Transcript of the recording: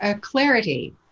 clarity